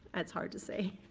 that's hard to say.